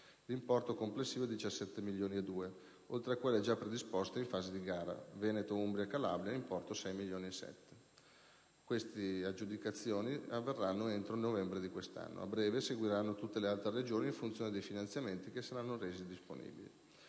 importo complessivo di circa 17,2 milioni di euro), oltre a quelle già predisposte ed in fase di gara (Veneto, Umbria, Calabria per un importo di 6,7 milioni di euro). Tali aggiudicazioni avverranno entro il novembre di quest'anno. A breve seguiranno tutte le altre Regioni in funzione dei finanziamenti che saranno resi disponibili.